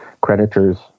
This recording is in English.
creditors